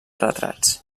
retrats